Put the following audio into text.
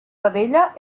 vedella